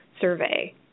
survey